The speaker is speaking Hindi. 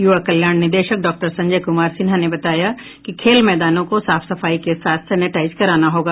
युवा कल्याण निदेशक डॉक्टर संजय कुमार सिन्हा ने बताया कि खेल मैदानों को साफ सफाई के साथ सेनेटाईज कराना होगा